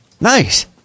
Nice